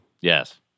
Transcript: Yes